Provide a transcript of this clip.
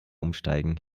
umsteigen